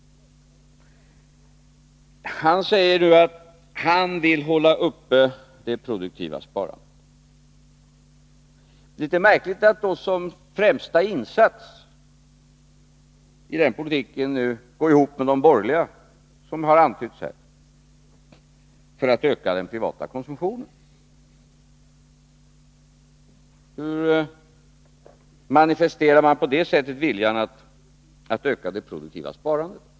Han säger nu att han vill hålla uppe det produktiva sparandet. Det är litet märkligt att då som främsta insats i den politiken nu gå ihop med de borgerliga, vilket har antytts här, för att öka den privata konsumtionen. Hur manifesterar man på det sättet viljan att öka det produktiva sparandet?